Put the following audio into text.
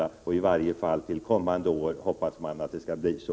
Man hoppas att det i varje fall till kommande år skall bli en ändring.